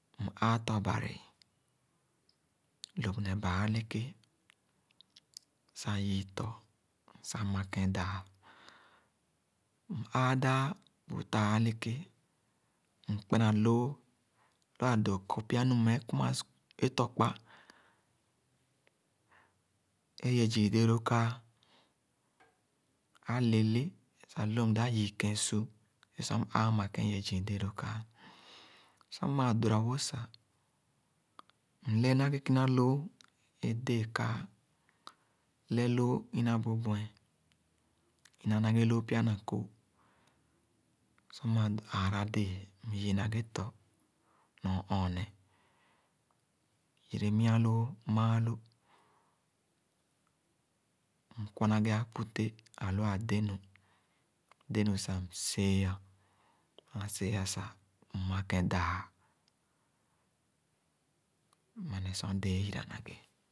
M-aa tɔ-bari lõp no baa eleke sah yii tɔ sah makén dãã. M-ãã dãã bh taa-eleké, mkpenaloo lõ-a dõõ kɔr pya-nu meh kuma sc, é tɔkpa, é ye zii déé lõõ kaa, alele sag lu loo mdaáp yii kẽn sa é sor m-aa makẽn ye, zii déé loo kaa. Sor maa dora-wo sah, mle na ghe kina lõõ ẽ déé kaa, le loo ina bu bue, ina na ghe loo pya na kooh. Sor maa aara day, myiina ghe tɔ myor-ɔɔneh, ahu adó-nu. Mde nu, m-see-a. Sor maa see-a sah, mmakẽn dãã, mmeh nee sor déé eyira na ghe